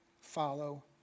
Follow